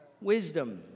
Wisdom